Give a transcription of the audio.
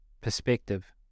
perspective